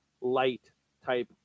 light-type